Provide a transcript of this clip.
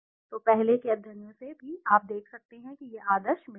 तो पहले के अध्ययनों से भी आप देख सकते हैं कि यह आदर्श बिंदु है